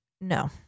No